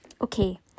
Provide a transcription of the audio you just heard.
Okay